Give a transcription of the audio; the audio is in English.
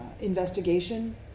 investigation